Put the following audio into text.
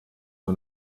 nur